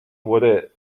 wurde